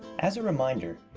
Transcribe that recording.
as a reminder,